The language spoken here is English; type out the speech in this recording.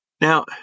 Now